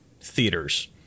theaters